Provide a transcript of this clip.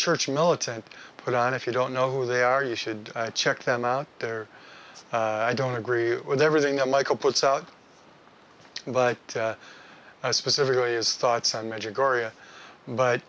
church militant put on if you don't know who they are you should check them out there i don't agree with everything that michael puts out but specifically is thoughts and magic gloria but